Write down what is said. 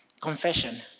confession